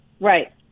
Right